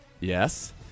Yes